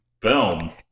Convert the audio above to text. Boom